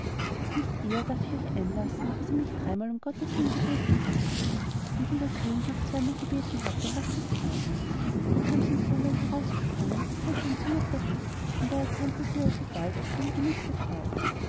nicht eher darf ich euch einlassen bis ihr mich dreimal um gotteswillen gebeten habt und wie der könig noch zweimal gebeten hatte machte sie auf da kam sein söhnlein herausgesprungen führte ihn zur mutter hin und er erkannte sie alsobald für seine geliebte frau